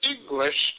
English